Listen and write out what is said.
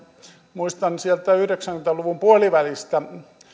muistan sieltä yhdeksänkymmentä luvun puolivälistä